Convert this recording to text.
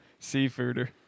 seafooder